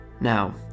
Now